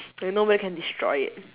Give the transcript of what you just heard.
then nobody can destroy it